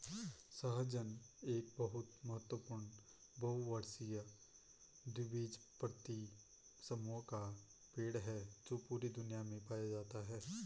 सहजन एक बहुत महत्वपूर्ण बहुवर्षीय द्विबीजपत्री समूह का पेड़ है जो पूरी दुनिया में पाया जाता है